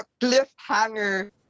cliffhanger